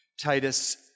Titus